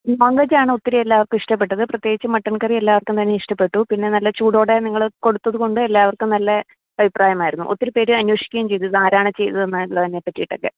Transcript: non വെജ്ജാണ് ഒത്തിരി എല്ലാവർക്കും ഇഷ്ടപ്പെട്ടത് പ്രത്യേകിച്ച് മട്ടൻ കറി എല്ലാവർക്കും തന്നെ ഇഷ്ടപ്പെട്ടു പിന്നെ നല്ല ചൂടോടെ നിങ്ങൾ കൊടുത്തത് കൊണ്ട് എല്ലാവർക്കും നല്ല അഭിപ്രായമായിരുന്നു ഒത്തിരിപ്പേര് അന്വേഷിക്കുകയും ചെയ്തു ഇതാരാണ് ചെയ്തത് എന്നുള്ളതിനെ പറ്റിയിട്ടൊക്കെ